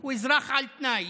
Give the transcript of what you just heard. הוא אזרח על תנאי,